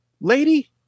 lady